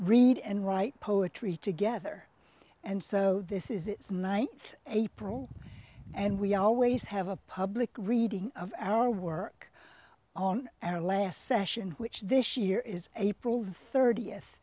read and write poetry together and so this is its ninth april and we always have a public reading of our work on our last session which this year is april thirtieth